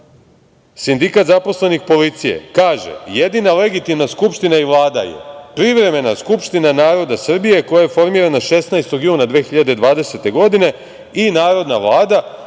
Sindikat zaposlenih policije kaže